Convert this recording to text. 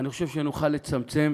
נוכל לצמצם